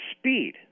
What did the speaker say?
speed